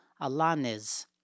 Alanez